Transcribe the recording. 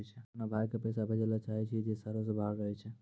हम्मे अपनो भाय के पैसा भेजै ले चाहै छियै जे शहरो से बाहर रहै छै